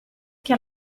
che